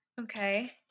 Okay